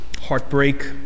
heartbreak